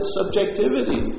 subjectivity